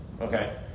Okay